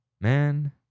man